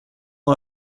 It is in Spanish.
los